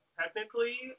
technically